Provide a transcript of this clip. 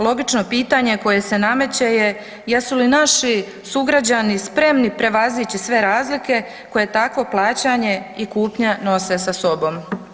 Logično pitanje, koje se nameće je, jesu li naši sugrađani spremni prevazići sve razlike koje takvo plaćanje i kupnja nose sa sobom.